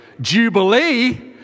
jubilee